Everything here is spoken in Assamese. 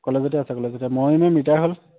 কলেজতে আছে কলেজতে মৰমী মে'ম ৰিটাই হ'ল